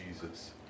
Jesus